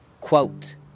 Quote